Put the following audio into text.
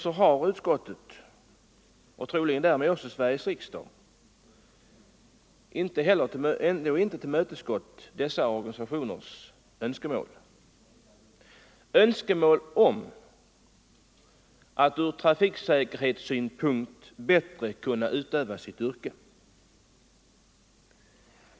Ändå har utskottet och troligen därmed också Sveriges riksdag inte tillmötesgått dessa organisationers önskemål, som syftar till att yrkesförarna ur trafiksäkerhetssynpunkt bättre skall kunna fullgöra sitt arbete.